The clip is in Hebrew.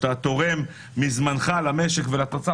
כשאתה תורם מזמנך למשק ולתוצר.